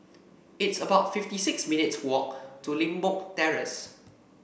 it's about fifty six minutes' walk to Limbok Terrace